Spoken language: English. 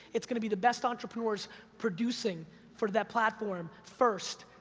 it's gonna be the best entrepreneurs producing for that platform first,